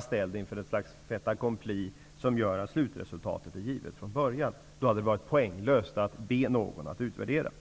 ställs inför fait accompli, som gör att slutresultatet är givet från början. Det hade varit då poänglöst att be någon att göra en utvärdering.